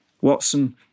Watson